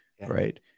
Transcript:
right